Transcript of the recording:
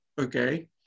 okay